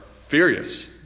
furious